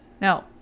No